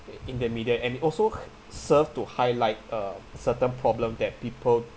in the middle and also serve to highlight uh certain problem that people